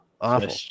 Awful